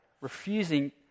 refusing